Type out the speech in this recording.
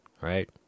right